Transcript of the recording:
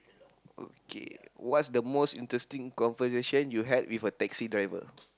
okay what's the most interesting conversation you had with a taxi driver